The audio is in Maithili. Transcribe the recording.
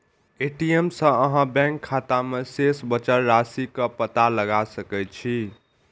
ए.टी.एम सं अहां बैंक खाता मे शेष बचल राशिक पता लगा सकै छी